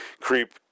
Creep